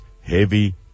heavy